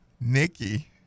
Nikki